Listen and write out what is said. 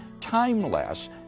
timeless